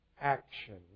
action